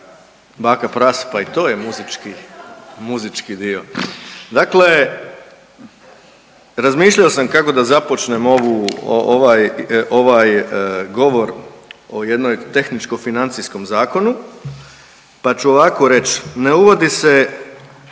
Prase, pa i to je muzički, muzički dio. Dakle, razmišljao sam kako da započnem ovu, ovaj, ovaj govor o jednom tehničko financijskom zakonu, pa ću ovako reć, ne uvodi se